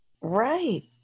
right